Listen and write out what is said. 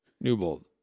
Newbold